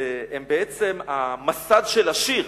והם בעצם המסד של השיר.